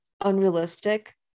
unrealistic